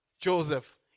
Joseph